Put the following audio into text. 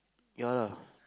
ya lah